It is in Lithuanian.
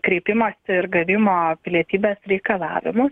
kreipimosi ir gavimo pilietybės reikalavimus